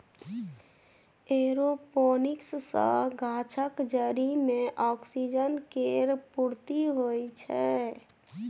aeroponics सँ गाछक जरि मे ऑक्सीजन केर पूर्ती होइ छै